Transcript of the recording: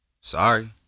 Sorry